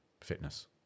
fitness